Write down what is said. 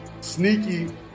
sneaky